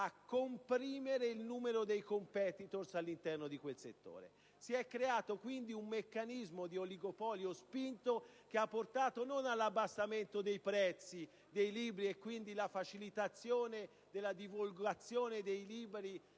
a comprimere il numero dei *competitor* nel settore, si è creato un meccanismo di oligopolio spinto, che ha portato non all'abbassamento dei prezzi dei libri e quindi alla facilitazione della loro divulgazione nella